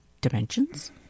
dimensions